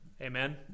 Amen